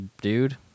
dude